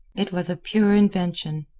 it was a pure invention.